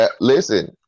Listen